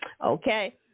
okay